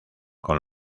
con